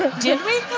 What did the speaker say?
did we?